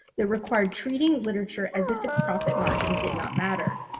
that required treating literature as if its profit margin did not matter.